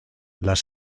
las